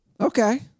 Okay